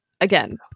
again